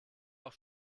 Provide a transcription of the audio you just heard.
auch